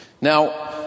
Now